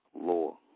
law